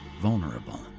vulnerable